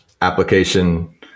application